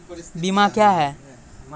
बीमा क्या हैं?